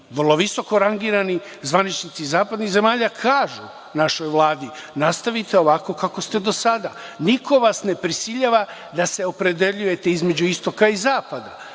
vrlo visoko rangirani zvaničnici zapadnih zemalja kažu našoj vladi – nastavite ovako kako ste do sada. Niko vas ne prisiljava da se opredeljujete između istoka i zapada.